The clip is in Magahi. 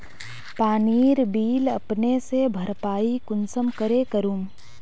पानीर बिल अपने से भरपाई कुंसम करे करूम?